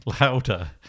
louder